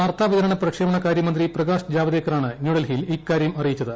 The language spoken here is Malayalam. വാർത്താവിതരണ പ്രക്ഷേപണ കാര്യമന്ത്രി പ്രകാശ് ജാവ്ദേകറാണ് ന്യൂഡൽഹിയിൽ ഇക്കാര്യം അറിയിച്ചത്